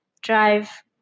drive